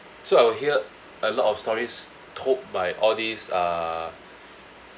so I will hear a lot of stories told by all these uh